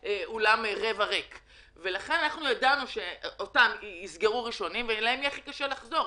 אנחנו ידענו שאותם יסגרו ראשונים ושלהם יהיה הכי קשה לחזור.